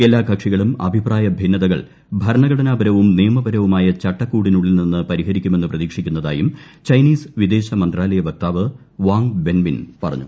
എല്ലാ കക്ഷികളും അഭിപ്രായ ഭിന്നതകൾ ഭരണഘടന്മുഴ് പർവും നിയമപരവുമായ ചട്ടക്കൂടിനുള്ളിൽ നിന്ന് പരിഹരിക്കുമെന്ന് പ്രതീക്ഷിക്കുന്നതായും ചൈനീസ് വിദേശ മന്ത്രാലയ വക്തിാപ്പ് വാങ് വെൻബിൻ പറഞ്ഞു